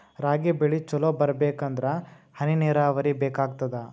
ರಾಗಿ ಬೆಳಿ ಚಲೋ ಬರಬೇಕಂದರ ಹನಿ ನೀರಾವರಿ ಬೇಕಾಗತದ?